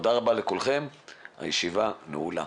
תודה רבה לכולכם, הישיבה נעולה.